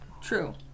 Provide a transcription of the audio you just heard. True